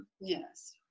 Yes